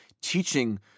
teaching